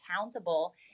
accountable